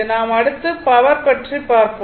நாம் அடுத்து பவர் பற்றி பாப்போம்